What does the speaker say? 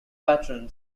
patrons